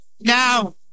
Now